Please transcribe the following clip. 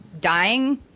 dying